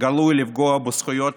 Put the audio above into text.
גלוי לפגוע בזכויות